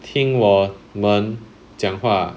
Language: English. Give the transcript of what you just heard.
听我讲话